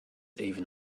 even